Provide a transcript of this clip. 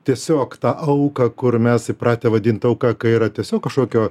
tiesiog tą auką kur mes įpratę vadinti auka kai yra tiesiog kažkokio